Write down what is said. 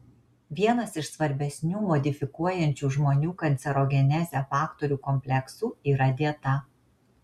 vienas iš svarbesnių modifikuojančių žmonių kancerogenezę faktorių kompleksų yra dieta